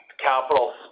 capital